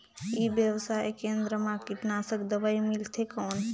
ई व्यवसाय केंद्र मा कीटनाशक दवाई मिलथे कौन?